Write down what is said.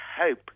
hope